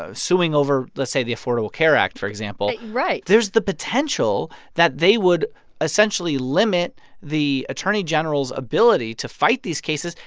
ah suing over, let's say, the affordable care act, for example right there's the potential that they would essentially limit the attorney general's ability to fight these cases.